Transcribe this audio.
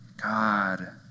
God